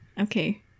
Okay